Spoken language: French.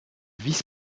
vice